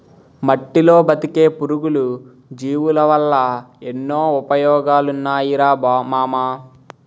మట్టిలో బతికే పురుగులు, జీవులవల్ల ఎన్నో ఉపయోగాలున్నాయిరా మామా